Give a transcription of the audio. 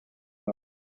non